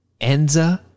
Enza